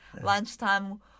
lunchtime